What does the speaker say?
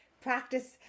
practice